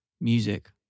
music